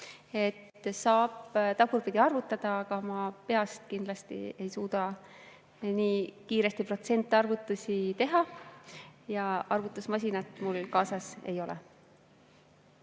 Saab tagurpidi arvutada, aga ma peast kindlasti ei suuda nii kiiresti protsentarvutusi teha ja arvutusmasinat mul kaasas ei ole.